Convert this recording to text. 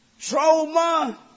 trauma